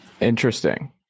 Interesting